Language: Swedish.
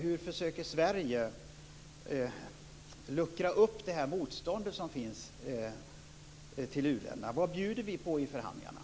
Hur försöker Sverige luckra upp det motstånd som finns till u-länderna? Vad bjuder vi på i förhandlingarna?